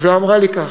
ואמרה לי כך: